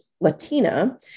Latina